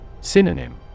Synonym